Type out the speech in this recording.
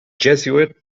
jesuit